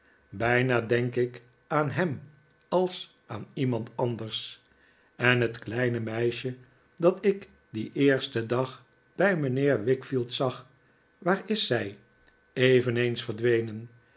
bijna denk ik aan hem als aan iemand andcio en het kleine meisje dat ik dien eersten dag bij mijnheer wickfield zag waar is zij eveneens verdwenen